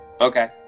Okay